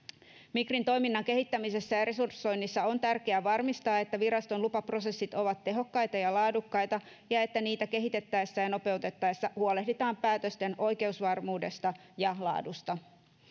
migrin toiminnan kehittämisessä ja resursoinnissa on tärkeää varmistaa että viraston lupaprosessit ovat tehokkaita ja laadukkaita ja että niitä kehitettäessä ja nopeutettaessa huolehditaan päätösten oikeusvarmuudesta ja laadusta